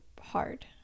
hard